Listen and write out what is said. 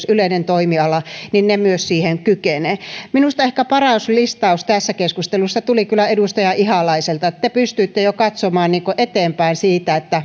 yleinen toimiala niin ne myös siihen kykenevät minusta ehkä paras listaus tässä keskustelussa tuli kyllä edustaja ihalaiselta te te pystyitte jo katsomaan eteenpäin siitä